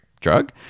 drug